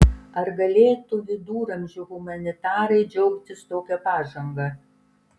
ar galėtų viduramžių humanitarai džiaugtis tokia pažanga